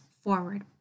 forward